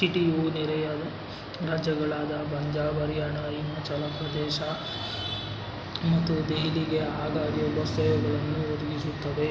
C T U ನೆರೆಯ ರಾಜ್ಯಗಳಾದ ಪಂಜಾಬ್ ಹರ್ಯಾಣ ಹಿಮಾಚಲ ಪ್ರದೇಶ ಮತ್ತು ದೆಹಲಿಗೆ ಆಗಾಗ್ಗೆ ಬಸ್ ಸೇವೆಗಳನ್ನು ಒದಗಿಸುತ್ತದೆ